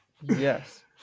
yes